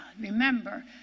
Remember